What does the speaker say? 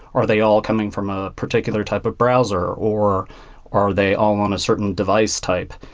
are they all coming from a particular type of browser? or are they all on a certain device type?